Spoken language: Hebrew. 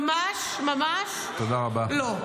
ממש ממש לא.